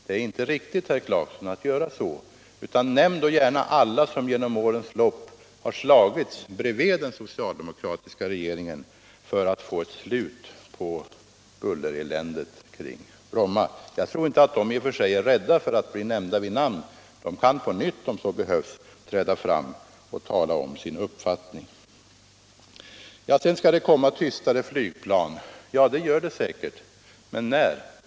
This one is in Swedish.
Nämn i stället alla institu tioner och organisationer, som under årens lopp slagits vid sidan av den socialdemokratiska regeringen för att få ett slut på bullereländet i Bromma! De är säkerligen inte rädda för att bli nämnda vid namn, utan jag tror att de på nytt — om så behövs — kan träda fram och tala om sin uppfattning. Det sägs att vi kommer att få tystare flygplan. Det är säkerligen riktigt. Men när kommer vi att få det?